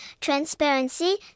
transparency